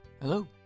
Hello